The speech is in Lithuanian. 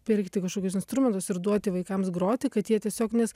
pirkti kažkokius instrumentus ir duoti vaikams groti kad jie tiesiog nes